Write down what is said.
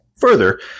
Further